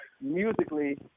musically